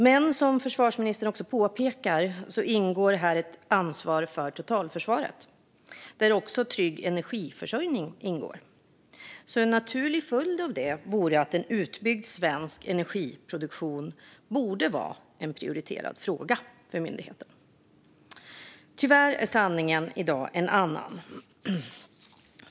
Men som försvarsministern också påpekar ingår ett ansvar för totalförsvaret, där även trygg energiförsörjning ingår. En naturlig följd av det borde vara att en utbyggd svensk energiproduktion vore en prioriterad fråga för myndigheten. Tyvärr är sanningen i dag en annan.